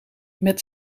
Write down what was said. met